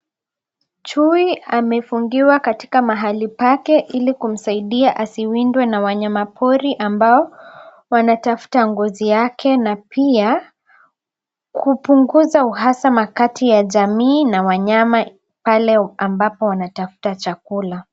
Chui amefungiwa katika mahali pake ili kumsaidia asiwindwe na wanyama pori ambao wanatafuta ngozi yake na pia kupunguza uhasama kati ya jamii na wanyama pale ambapo wanatafuta chakula.